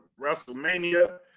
WrestleMania